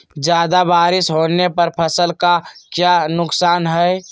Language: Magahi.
ज्यादा बारिस होने पर फसल का क्या नुकसान है?